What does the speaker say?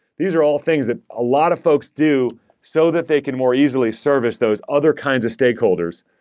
these are all things that a lot of folks do so that they can more easily service those other kinds of stakeholders.